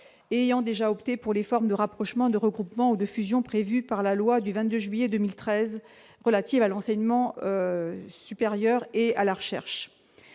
ayant déjà opté pour les formes de rapprochement de regroupement ou de fusion prévue par la loi du 22 juillet 2013 relatives à l'enseignement supérieur et à la recherche,